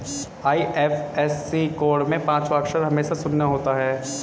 IFSC code में पांचवा अक्षर हमेशा शून्य होता है